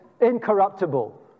incorruptible